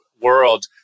world